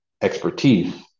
expertise